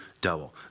double